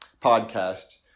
podcast